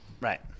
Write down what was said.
Right